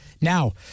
Now